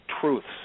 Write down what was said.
truths